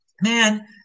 Man